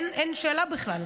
אין שאלה בכלל.